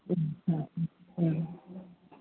ഉം ആ ഉം ആ